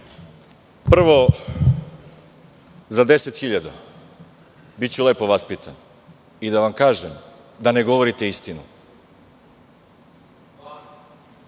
Prvo za 10 hiljada. Biću lepo vaspitan i da vam kažem da ne govorite istinu.